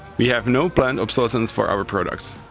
we have no planned obsolence for our products,